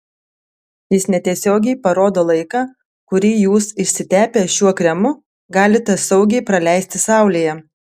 jis netiesiogiai parodo laiką kurį jūs išsitepę šiuo kremu galite saugiai praleisti saulėje